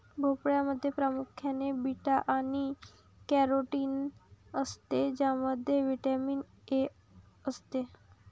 भोपळ्यामध्ये प्रामुख्याने बीटा आणि कॅरोटीन असते ज्यामध्ये व्हिटॅमिन ए असते